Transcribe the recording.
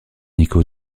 nico